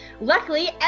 Luckily